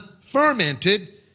fermented